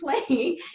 playing